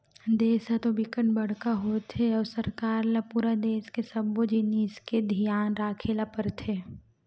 देस ह तो बिकट बड़का होथे अउ सरकार ल पूरा देस के सब्बो जिनिस के धियान राखे ल परथे